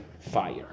fire